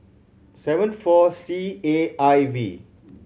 seven four C A I V